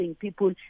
people